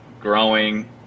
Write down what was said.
growing